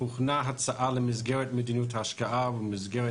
הוכנה הצעה למסגרת מדיניות ההשקעה במסגרת